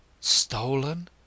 Stolen